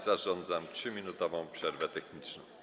Zarządzam 3-minutową przerwę techniczną.